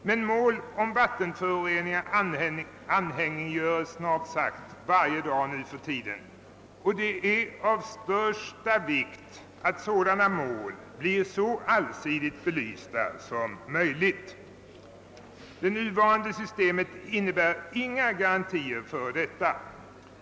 Men mål om vattenföroreningar anhängiggörs snart sagt varje dag nuförtiden, och det är av största vikt att sådana mål blir så allsidigt belysta som möjligt. Det nuvarande systemet innebär inga garantier härvidlag.